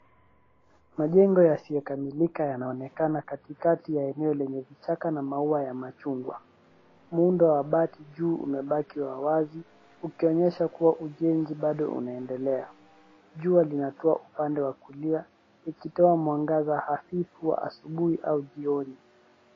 Majengo yasiyokamilika yanaonekana katikati la eneo lenye vichaka na maua ya machungwa. Muundo wa bati juu unabaki wa wazi ukionyesha kuwa ujenzi bado unaendelea. Jua linatua upande wa kulia likitoa mwangaza hafifu asubuhi au jioni.